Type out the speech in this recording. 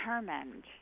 determined